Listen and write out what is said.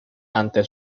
ante